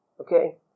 Okay